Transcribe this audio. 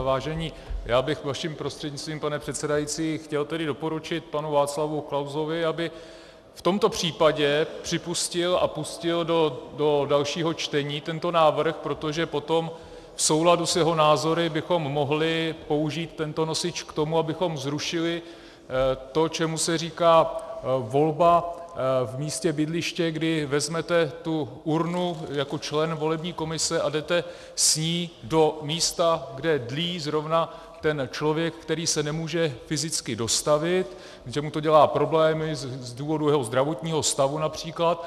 Vážení, já bych vašim prostřednictvím, pane předsedající, chtěl tedy doporučit panu Václavu Klausovi, aby v tomto případě připustil a pustil do dalšího čtení tento návrh, protože potom v souladu s jeho názory bychom mohli použít tento nosič k tomu, abychom zrušili to, čemu se říká volba v místě bydliště, kdy vezmete tu urnu jako člen volební komise a jdete s ní do místa, kde dlí zrovna ten člověk, který se nemůže fyzicky dostavit, protože mu to dělá problémy z důvodu jeho zdravotního stavu například.